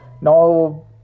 Now